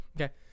Okay